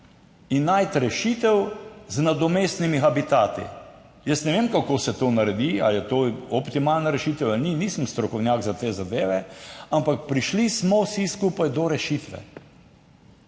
in najti rešitev z nadomestnimi habitati. Jaz ne vem, kako se to naredi, ali je to optimalna rešitev ali ni, nisem strokovnjak za te zadeve, ampak prišli smo vsi skupaj do rešitve.